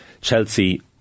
Chelsea